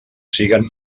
siguen